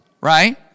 right